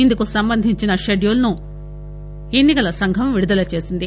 ఇందుకు సంబందించిన షెడ్యూల్ ను ఎన్ని కల సంఘం విడుదల చేసింది